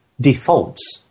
defaults